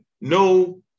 no